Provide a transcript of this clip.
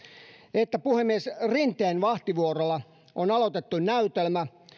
että puhemies rinteen vahtivuorolla on aloitettu näytelmä